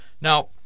Now